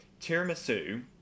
Tiramisu